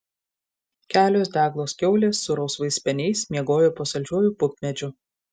kelios deglos kiaulės su rausvais speniais miegojo po saldžiuoju pupmedžiu